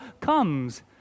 comes